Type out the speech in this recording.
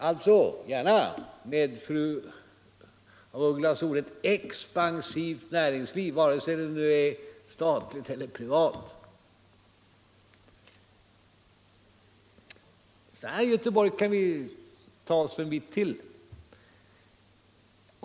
Alltså — gärna med fru af Ugglas ett expansivt näringsliv vare sig det är statligt eller privat. I Göteborg kan vi ta oss en bit till.